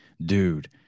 Dude